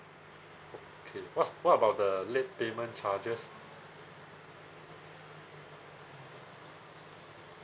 okay what's what about the late payment charges